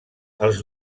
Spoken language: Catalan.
els